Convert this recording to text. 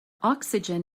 oxygen